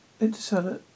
interstellar